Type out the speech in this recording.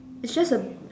it's just a